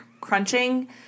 crunching